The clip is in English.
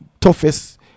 toughest